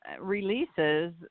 releases